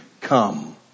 come